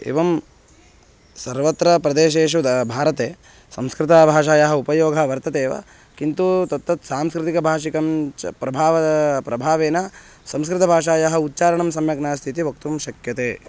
एवं सर्वत्र प्रदेशेषु दा भारते संस्कृताभाषायाः उपयोगः वर्तते एव किन्तु तत्तत् सांस्कृतिकभाषिकं च प्रभावः प्रभावेन संस्कृतभाषायाः उच्चारणं सम्यक् नास्ति इति वक्तुं शक्यते